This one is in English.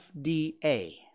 FDA